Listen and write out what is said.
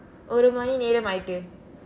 ஒரு மணி நேரம் ஆகிவிட்டது:oru mani neeram aakivitdathu